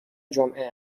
جمعه